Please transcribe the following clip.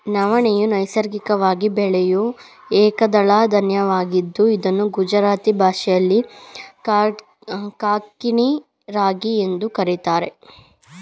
ನವಣೆಯು ನೈಸರ್ಗಿಕವಾಗಿ ಬೆಳೆಯೂ ಏಕದಳ ಧಾನ್ಯವಾಗಿದೆ ಇದನ್ನು ಗುಜರಾತಿ ಭಾಷೆಯಲ್ಲಿ ಕಾಂಗ್ನಿ ರಾಗಿ ಎಂದು ಕರಿತಾರೆ